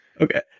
Okay